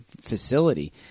facility